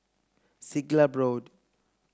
Siglap Road